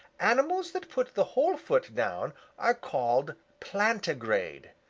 animals that put the whole foot down are called plantigrade.